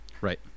Right